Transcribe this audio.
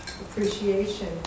appreciation